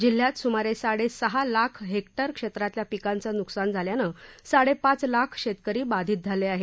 जिल्ह्यात सुमारे साडे सहा लाख हेक्टर क्षेत्रातल्या पीकांचं नुकसान झाल्यानं साडे पाच लाख शेतकरी बाधित झाले आहेत